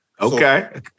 Okay